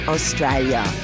Australia